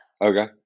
Okay